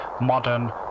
modern